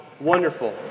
Wonderful